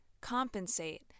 compensate